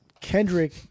Kendrick